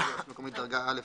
למהי רשות מקומית דרגה א',